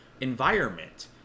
environment